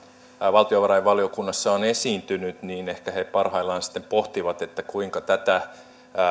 valtiovarainvaliokunnassa on esiintynyt niin ehkä he parhaillaan sitten pohtivat kuinka tätä